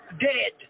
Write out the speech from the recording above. Dead